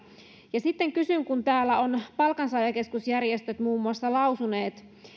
ja sitten kysyn kun täällä ovat palkansaajakeskusjärjestöt muun muassa lausuneet